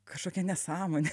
kažkokia nesąmonė